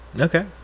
Okay